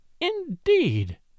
indeed